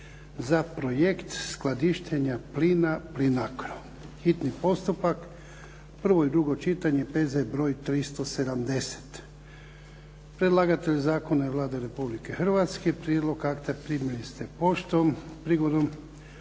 prijedlogom zakona, hitni postupak, prvo i drugo čitanje, P.Z. br. 370; Predlagatelj zakona je Vlada Republike Hrvatske, prijedlog akta primili ste poštom. Prigodom